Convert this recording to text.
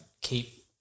keep